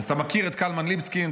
אז אתה מכיר את קלמן ליבסקינד,